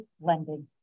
Lending